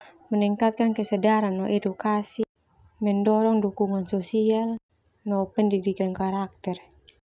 Meningkatkan kesadaran no edukasi, mendorong dukungan sosial no pendidikan karakter.